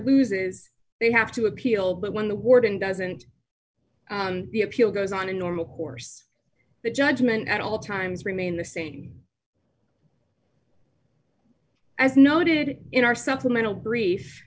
loses they have to appeal but when the warden doesn't the appeal goes on a normal course the judgment at all times remain the same as noted in our supplemental brief